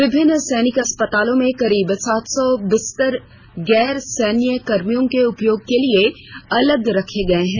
विभिन्न सैनिक अस्पतालों में करीब सात सौ बिस्तर गैर सैन्य कर्मियों के उपयोग के लिए अलग रखे गए हैं